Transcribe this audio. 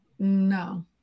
No